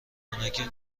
اوناکه